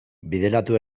bideratu